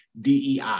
DEI